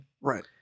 Right